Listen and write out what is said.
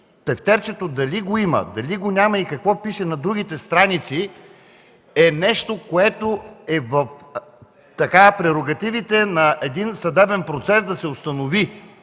тефтерчето го има, или го няма, и какво пише на другите страници, е нещо, което е в прерогативите на един съдебен процес да се установи